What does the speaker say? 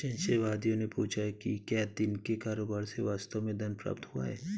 संशयवादियों ने पूछा कि क्या दिन के कारोबार से वास्तव में धन प्राप्त हुआ है